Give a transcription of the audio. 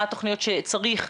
מה התוכניות שצריך,